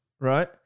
Right